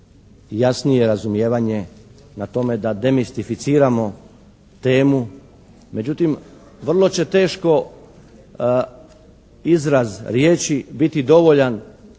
jasnije razumijevanje na tome da demistificiramo temu, međutim vrlo će teško izraz riječi biti dovoljan